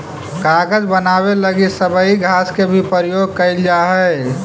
कागज बनावे लगी सबई घास के भी प्रयोग कईल जा हई